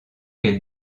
quelle